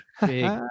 Big